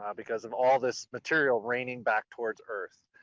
um because of all this material raining back towards earth.